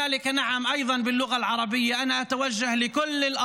תודה רבה, אדוני.